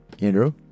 Andrew